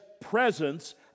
presence